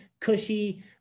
cushy